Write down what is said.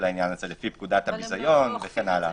העניין הזה לפי פקודת הביזיון וכן הלאה.